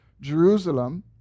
Jerusalem